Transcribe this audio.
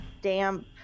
damp